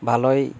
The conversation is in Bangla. ভালোই